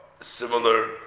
similar